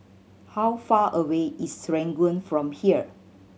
how far away is Serangoon from here